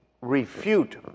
refute